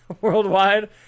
worldwide